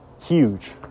huge